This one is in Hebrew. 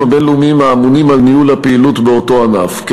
הבין-לאומיים האמונים על ניהול הפעילות באותו ענף.